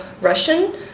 Russian